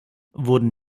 wurden